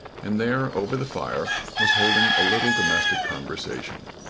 and there, over the fire, was holding a little domestic conversation.